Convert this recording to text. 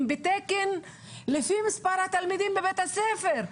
בתקן לפי מספר התלמידים בבית הספר.